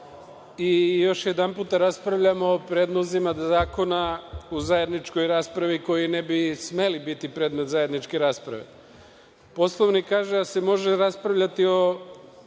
i još jedanputa raspravljamo o predlozima zakona u zajedničkoj raspravi, koji ne bi smeli biti predmet zajedničke rasprave. Poslovnik kaže da se može raspravljati o